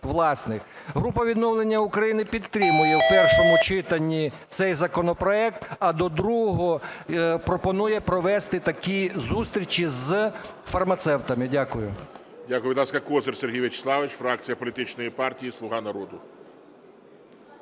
Група "Відновлення України" підтримує в першому читанні цей законопроект, а до другого пропонує провести такі зустрічі з фармацевтами. Дякую.